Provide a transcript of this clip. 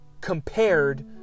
compared